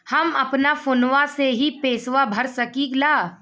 हम अपना फोनवा से ही पेसवा भर सकी ला?